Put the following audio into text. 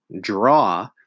draw